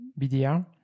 BDR